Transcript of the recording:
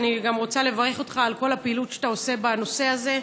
אני רוצה לברך אותך על כל הפעילות שאתה עושה בנושא הזה.